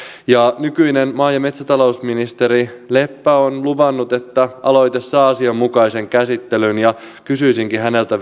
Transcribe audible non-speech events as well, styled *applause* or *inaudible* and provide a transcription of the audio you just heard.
nykyinen maa ja metsätalousministeri leppä on luvannut että aloite saa asianmukaisen käsittelyn kysyisinkin häneltä *unintelligible*